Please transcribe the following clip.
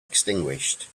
extinguished